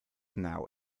now